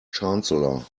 chancellor